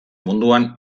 munduan